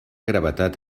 gravetat